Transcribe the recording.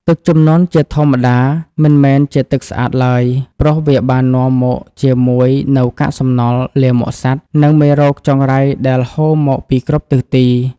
ទឹកជំនន់ជាធម្មតាមិនមែនជាទឹកស្អាតឡើយ ព្រោះវាបាននាំមកជាមួយនូវកាកសំណល់ លាមកសត្វ និងមេរោគចង្រៃដែលហូរមកពីគ្រប់ទិសទី។